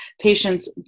patients